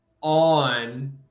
on